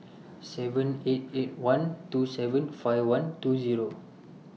seven eight eight one two seven five one two Zero